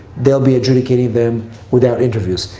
there'll be adjudicating them without interviews,